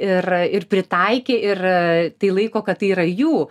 ir ir pritaikė ir tai laiko kad tai yra jų